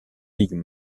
ligues